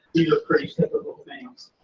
these are pretty typical things.